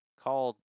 called